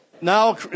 Now